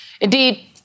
Indeed